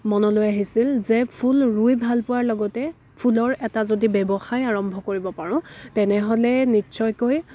মনলৈ আহিছিল যে ফুল ৰুই ভাল পোৱাৰ লগতে ফুলৰ এটা যদি ব্যৱসায় আৰম্ভ কৰিব পাৰোঁ তেনেহ'লে নিশ্চয়কৈ